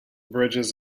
bridges